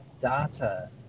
data